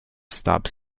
stabs